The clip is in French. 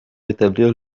rétablir